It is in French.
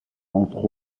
entre